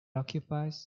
occupies